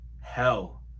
hell